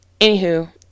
anywho